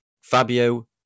Fabio